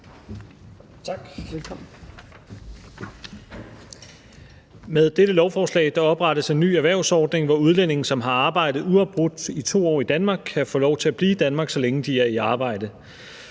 Med dette lovforslag oprettes en ny erhvervsordning, hvor udlændinge, som har arbejdet uafbrudt i 2 år i Danmark, kan få lov til at blive i Danmark, så længe de er i arbejde.